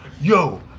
Yo